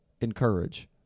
encourage